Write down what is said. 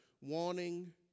wanting